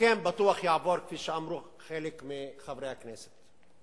הסכם בטוח יעבור, כפי שאמרו חלק מחברי הכנסת.